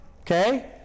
okay